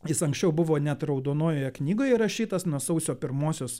jis anksčiau buvo net raudonojoje knygoje įrašytas nuo sausio pirmosios